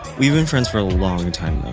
we've been friends for a long time, though